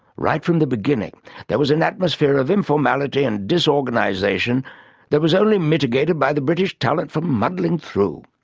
right from the beginning there was an atmosphere of informality and disorganisation that was only mitigated by the british talent for muddling through.